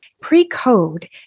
Pre-code